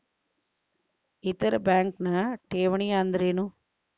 ಇತರ ಬ್ಯಾಂಕ್ನ ಠೇವಣಿ ಅನ್ದರೇನು?